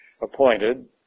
appointed